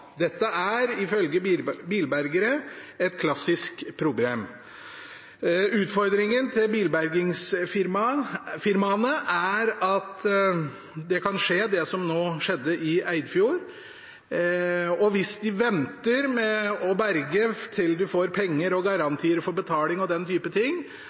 Dette er ifølge bilbergere et klassisk problem. Utfordringen til bilbergingsfirmaene er at det kan skje det som nå skjedde i Eidfjord, og hvis de venter med å berge til de får penger og garantier for betaling og den type ting,